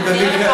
אני אסביר לך.